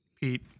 pete